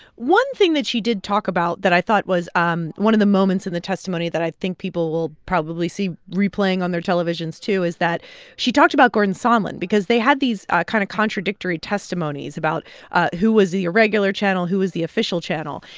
one thing that she did talk about that i thought was um one of the moments in the testimony that i think people will probably see replaying on their televisions too is that she talked about gordon sondland because they had these kind of contradictory testimonies about who was the irregular channel, who was the official channel.